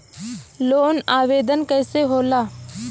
Loan आवेदन कैसे होला?